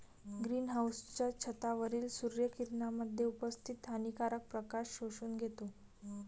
green हाउसच्या छतावरील सूर्य किरणांमध्ये उपस्थित हानिकारक प्रकाश शोषून घेतो